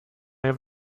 have